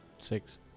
six